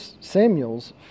Samuel's